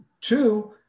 Two